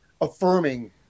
affirming